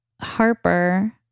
Harper